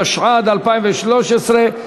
התשע"ד 2013,